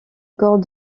corps